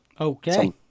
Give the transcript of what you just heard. Okay